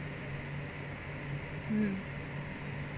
mm